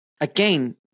again